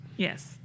Yes